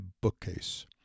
bookcase